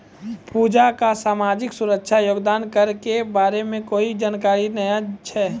पूजा क सामाजिक सुरक्षा योगदान कर के बारे मे कोय जानकारी नय छै